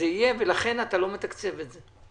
ולכן אתה לא מתקצב את זה.